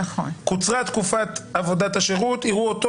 קוצרה תקופת עבודת השירות, יראו אותו.